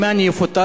הנאמן יפוטר,